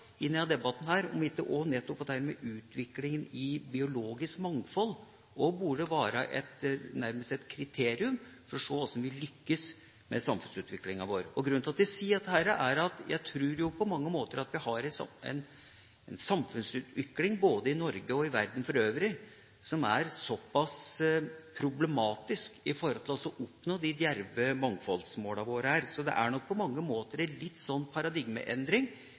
debatten om ikke nettopp utviklinga i biologisk mangfold også burde være nærmest et kriterium for å se hvordan vi lykkes med samfunnsutviklinga vår. Grunnen til at jeg sier dette, er at jeg tror vi på mange måter har en samfunnsutvikling både i Norge og verden for øvrig som er problematisk i forhold til å oppnå de djerve mangfoldsmålene våre. Så det er nok på mange måter en liten paradigmeendring